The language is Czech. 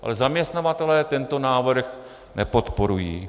Ale zaměstnavatelé tento návrh nepodporují.